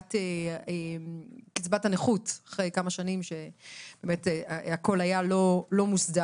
עליית קצבת הנכות אחרי כמה שנים שבאמת הכול היה לא מוסדר,